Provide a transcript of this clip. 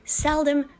seldom